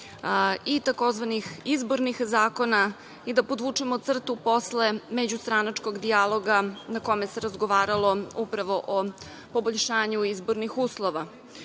i tzv. izbornih zakona i da podvučemo crtu posle međustranačkog dijaloga na kome se razgovaralo upravo o poboljšanju izbornih uslova.U